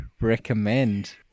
recommend